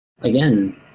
again